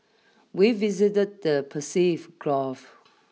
we visited the Gulf